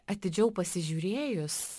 atidžiau pasižiūrėjus